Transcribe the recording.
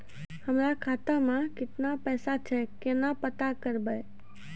हमरा खाता मे केतना पैसा छै, केना पता करबै?